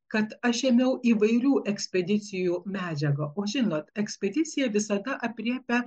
kad aš ėmiau įvairių ekspedicijų medžiagą o žinot ekspedicija visada aprėpia